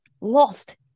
lost